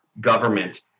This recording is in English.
government